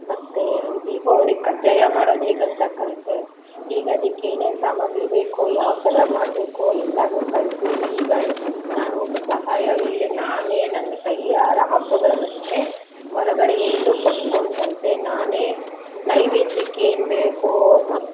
ಮತ್ತು ದೀಪಾವಳಿಗೆ ಕಜ್ಜಾಯ ಮಾಡೊದುಹೇಗಂತ ಕಲಿತೆ ಈಗ ಅದಿಕ್ಕೇನೇನು ಸಾಮಾಗ್ರಿ ಬೇಕೊ ಯಾವ್ತರ ಮಾಡ್ಬೇಕೊ ಎಲ್ಲಾ ಕಲಿತು ಈಗ ನಾನೊಬ್ರು ಸಹಾಯವಿಲ್ಲದೆ ನಾನೇ ನನ್ನ ಕೈಯಾರ ಹಬ್ಬಗಳು ಬಂದರೆ ಹೊರಗಡೆ ಎಲ್ಲೂ ಕೊಂಡ್ಕೊಂಡು ಬರದೆ ನಾನೇ ನೈವೇದ್ಯಕ್ಕೇನು ಬೇಕೋ ಮತ್ತು